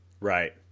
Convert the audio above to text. Right